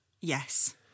Yes